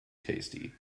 tasty